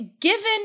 given